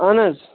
اہن حظ